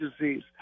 disease